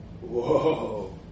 Whoa